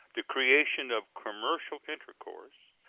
the creation of commercial intercourse,